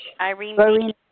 Irene